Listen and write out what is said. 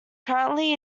currently